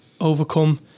overcome